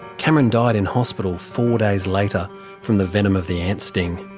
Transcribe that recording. cameron died in hospital four days later from the venom of the ants' sting.